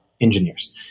engineers